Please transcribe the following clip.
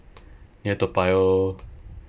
near toa payoh